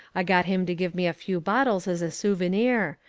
i got him to give me a few bottles as a souvenir,